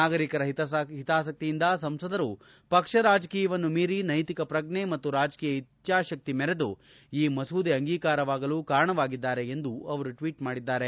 ನಾಗರಿಕರ ಹಿತಾಸಕ್ತಿಯಿಂದ ಸಂಸದರು ಪಕ್ಷ ರಾಜಕೀಯವನ್ನ ಮೀರಿ ನೈತಿಕ ಪ್ರಜ್ಜೆ ಮತ್ತು ರಾಜಕೀಯ ಇಚ್ಚಾಶಕ್ತಿ ಮೆರೆದು ಈ ಮಸೂದೆ ಅಂಗೀಕಾರವಾಗಲು ಕಾರಣವಾಗಿದ್ದಾರೆ ಎಂದು ಅವರು ಟ್ವೀಟ್ ಮಾಡಿದ್ದಾರೆ